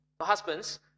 Husbands